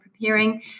preparing